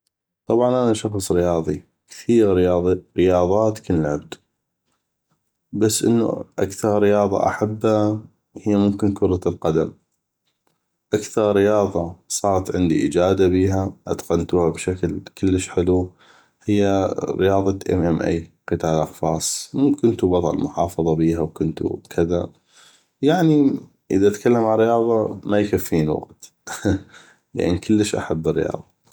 طبعا انا شخص رياضي كثيغ رياضات كن لعبتو بس انو اكثغ رياضه احبه هيه رياضه كرة القدم اكثغ رياضه صاغت عندي اجاده بيها اتقنتوها بشكل كلش حلو هي رياضة قتال اقفاص إم ام اي من كتتو بطل محافظة بيها وكنتو كذا يعني اذا اتكلم عالرياضه ما يكفيني وقت لأن كلش احب الرياضه